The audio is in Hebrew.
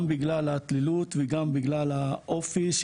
גם בגלל הדלילות וגם בגלל האופי.